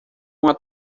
uma